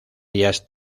ellas